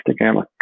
Instagram